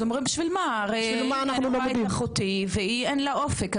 אז הם אומרים בשביל מה אני רואה את אחותי ואין לה אופק,